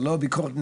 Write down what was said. זה לא ביקורת נגדך,